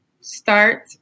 start